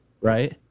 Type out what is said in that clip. Right